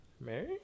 Mary